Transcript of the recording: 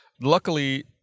Luckily